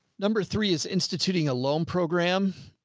number three is instituting a loan program.